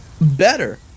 Better